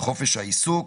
חופש העיסוק,